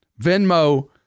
Venmo